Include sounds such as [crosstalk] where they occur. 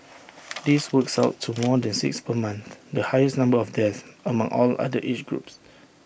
[noise] this works out to more than six per month the highest number of deaths among all other age groups